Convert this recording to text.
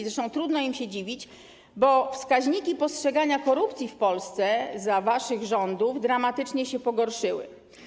Zresztą trudno im się dziwić, bo wskaźniki dotyczące postrzegania korupcji w Polsce za waszych rządów dramatycznie się pogorszyły.